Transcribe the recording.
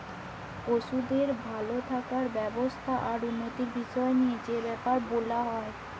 পশুদের ভাল থাকার ব্যবস্থা আর উন্নতির বিষয় লিয়ে যে বেপার বোলা হয়